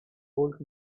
old